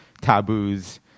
taboos